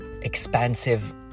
expansive